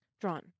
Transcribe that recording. Drawn